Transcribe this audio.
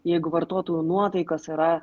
jeigu vartotojų nuotaikos yra